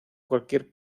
cualquier